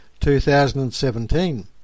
2017